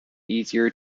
easier